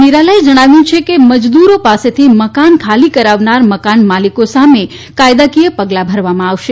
નિરલાએ જણાવ્યુ છે કે મજદૂરો પાસેથી મકાન ખાલી કરાવનાર મકાન માલિકો સામે કાયદાકીય પગલાં ભરવામાં આવશે